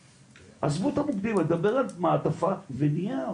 עזבו את המוקדים אני מדבר על מעטפת נייר,